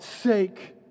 sake